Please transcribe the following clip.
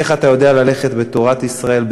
איך אתה יודע ללכת בתורת ישראל,